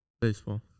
baseball